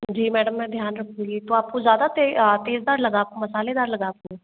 जी madam मैं ध्यान रखूंगी तो आप को ज़्यादा तेज़ तेज़दार लगा आपको मसालदार लगा आपको